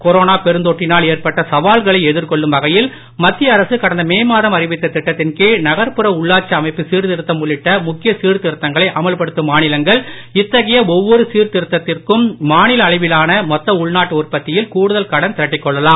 கொரோனாபெருந்தொற்றினால்ஏற்பட்டசவால்களைஎதிர்கொள்ளும்வ கையில்மத்தியஅரசுகடந்தமேமாதம்அறிவித்ததிட்டத்தின்கீழ்நகர்ப்புறஉள் ளாட்சிஅமைப்புசீர்திருத்தம்உள்ளிட்டமுக்கியசீர்த்திருத்தங்களைஅமல்படு த்தும்மாநிலங்கள் இத்தகையஒவ்வொருசீர்திருத்தத்திற்கும் மாநிலஅளவிலானமொத்தஉள்நாட்டுஉற்பத்தியில்கூடுதல்கடன்திரட்டிக் கொள்ளலாம்